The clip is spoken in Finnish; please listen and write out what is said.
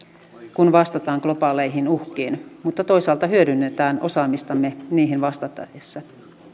kun vastataan globaaleihin uhkiin mutta toisaalta hyödynnetään osaamistamme niihin vastattaessa